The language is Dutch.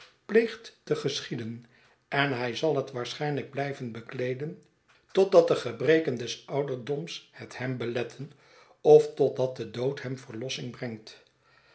pleegt te geschieden en hij zal het waarschijnlijk blijven bekleeden totdat de gebreken des ouderdoms het hem beletten of totdat de dood hem verlossing brengt